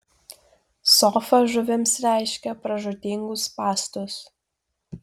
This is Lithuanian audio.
sofa žuvims reiškia pražūtingus spąstus